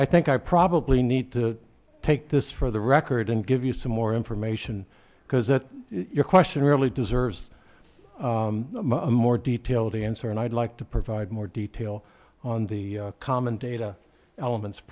i think i probably need to take this for the record and give you some more information because that your question really deserves a more detailed answer and i'd like to provide more detail on the common data elements